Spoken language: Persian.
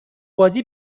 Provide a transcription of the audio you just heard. بازی